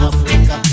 Africa